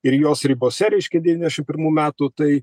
ir jos ribose reiškia devyniasdešimt pirmų metų tai